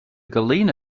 gallina